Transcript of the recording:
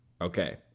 okay